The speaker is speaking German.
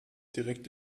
direkt